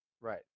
Right